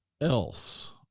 else